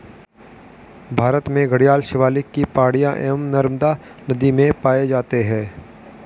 भारत में घड़ियाल शिवालिक की पहाड़ियां एवं नर्मदा नदी में पाए जाते हैं